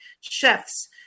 chefs